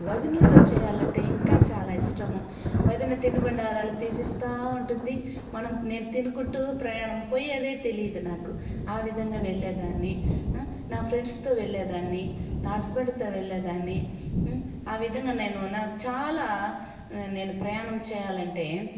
వదినలతో చేయాలంటే ఇంకా చాలా ఇష్టము వదిన తినుబండారాలు తీస్తు ఉంటుంది మనం నేను తినుకుంటు ప్రయాణం పోయేది తెలీదు నాకు ఆ విధంగానే వెళ్ళేదాన్ని నా ఫ్రెండ్స్తో వెళ్ళేదాన్ని నా హస్బెండ్తో వెళ్ళేదాన్ని ఆ విధంగా నేను నాకు చాలా నేను ప్రయాణం చేయాలంటే